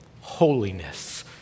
Holiness